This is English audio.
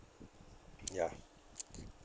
ya